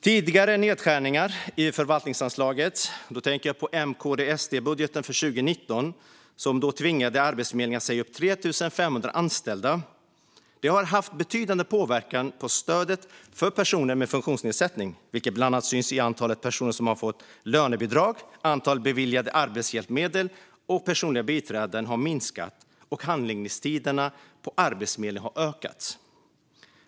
Tidigare nedskärningar av förvaltningsanslaget - då tänker jag på MKDSD-budgeten för 2019, som då tvingade Arbetsförmedlingen att säga upp 3 500 anställda - har haft betydande påverkan på stödet för personer med funktionsnedsättning, vilket syns i bland annat att antalet personer som har fått lönebidrag, antalet beviljade arbetshjälpmedel och personliga biträden har minskat och att handläggningstiderna på Arbetsförmedlingen har ökat.